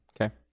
Okay